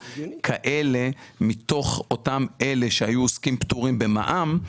מתוך אותם עוסקים פטורים במע"מ,